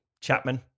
Chapman